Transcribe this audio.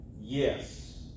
Yes